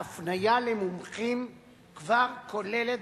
ההפניה למומחים כבר כוללת